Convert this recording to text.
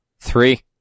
three